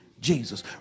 Jesus